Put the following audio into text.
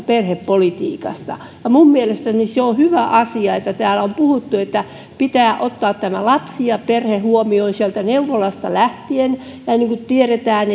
perhepolitiikasta minun mielestäni se on hyvä asia että täällä on puhuttu että pitää ottaa lapsi ja perhe huomioon sieltä neuvolasta lähtien ja kun tiedetään